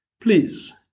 Please